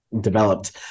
developed